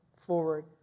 forward